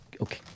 Okay